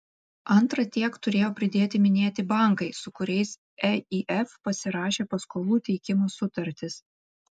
antra tiek turėjo pridėti minėti bankai su kuriais eif pasirašė paskolų teikimo sutartis